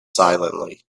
silently